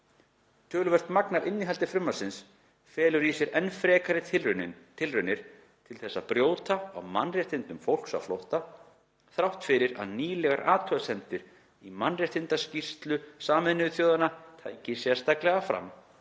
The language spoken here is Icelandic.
Töluvert magn af innihaldi frumvarpsins felur í sér enn frekari tilraunir til þess að brjóta á mannréttindum fólks á flótta, þrátt fyrir að nýlegar athugasemdir í mannréttindaskýrslu Sameinuðu þjóðanna taki sérstaklega fram